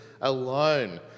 alone